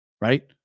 right